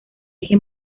eje